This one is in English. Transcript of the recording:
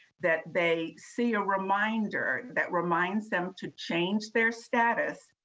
that they see a reminder that reminds them to change their status,